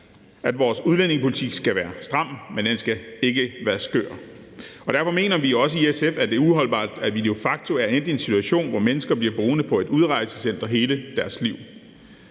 at vores udlændingepolitik skal være stram, men den skal ikke være skør. Derfor mener vi også i SF, at det er uholdbart, at vi de facto er endt i en situation, hvor mennesker bliver boende på et udrejsecenter hele deres liv.